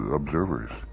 observers